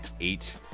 eight